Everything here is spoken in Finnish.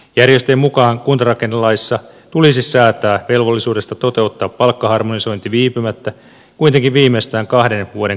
järjestöjen mukaan kuntarakennelaissa tulisi säätää velvollisuudesta toteuttaa palkkaharmonisointi viipymättä kuitenkin viimeistään kahden vuoden kuluessa kuntaliitoksesta